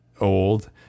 old